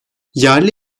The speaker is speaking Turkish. yerli